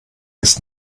ist